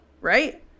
right